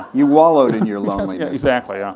you wallowed in your loneliness. exactly, yeah